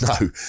No